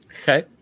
Okay